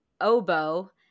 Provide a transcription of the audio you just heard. Oboe